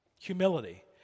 Humility